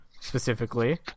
specifically